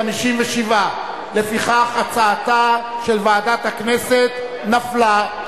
57. לפיכך הצעתה של ועדת הכנסת נפלה.